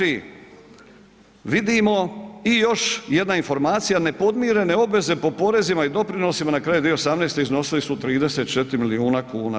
I još jedna informacija, nepodmirene obveze po porezima i doprinosima na kraju 2018. iznosili su 34 milijuna kuna.